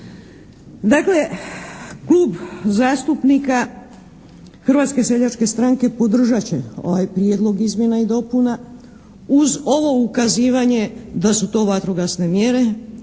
Dakle, Klub zastupnika Hrvatske seljačke stranke podržat će ovaj Prijedlog izmjena i dopuna, uz ovo ukazivanje da su to vatrogasne mjere